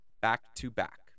back-to-back